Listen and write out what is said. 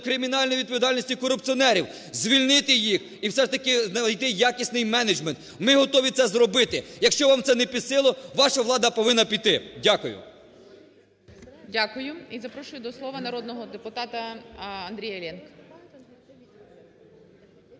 кримінальної відповідальності корупціонерів, звільнити їх і все ж таки знайти якісний менеджмент. Ми готові це зробити. Якщо вам це не під силу, ваша влада повинна піти. Дякую. ГОЛОВУЮЧИЙ. Дякую. І запрошую до слова народного депутата Андрія Іллєнка.